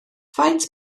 faint